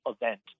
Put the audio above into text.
event